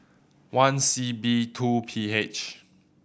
one C B two P H